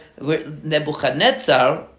Nebuchadnezzar